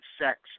sex